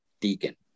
Deacon